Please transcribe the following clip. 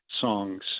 songs